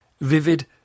Vivid